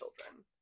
children